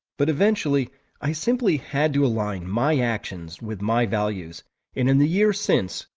but eventually i simply had to align my actions with my values in in the years since,